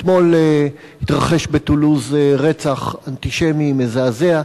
אתמול התרחש בטולוז רצח אנטישמי מזעזע,